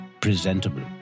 presentable